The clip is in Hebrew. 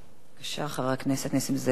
בבקשה, חבר הכנסת נסים זאב, שלוש דקות לרשותך.